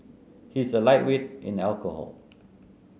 he is a lightweight in alcohol